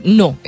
no